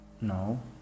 No